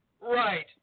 Right